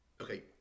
Okay